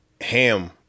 ham